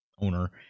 owner